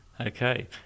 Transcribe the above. Okay